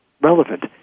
relevant